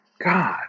God